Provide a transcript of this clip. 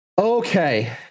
Okay